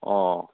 অঁ